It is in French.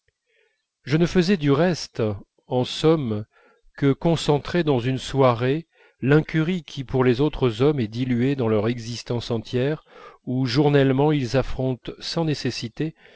je ne faisais du reste en somme que concentrer dans une soirée l'incurie qui pour les autres hommes est diluée dans leur existence entière où journellement ils affrontent sans nécessité